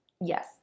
Yes